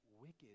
wicked